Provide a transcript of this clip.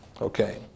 okay